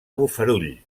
bofarull